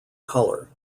colour